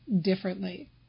differently